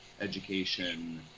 education